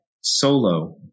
Solo